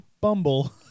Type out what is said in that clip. Bumble